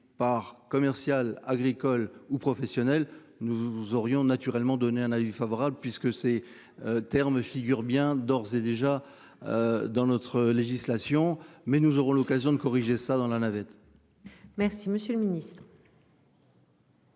par commercial agricole ou professionnel, nous aurions naturellement donné un avis favorable puisque ces termes figure bien d'ores et déjà. Dans notre législation mais nous aurons l'occasion de corriger ça dans la navette. Merci, monsieur le Ministre.